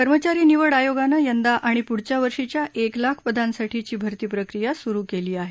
कर्मचारी निवड आयोगाने यंदा आणि पुढच्या वर्षीच्या एक लाख पदांसाठीची भरती प्रक्रिया सुरु केली आहे